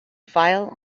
file